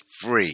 free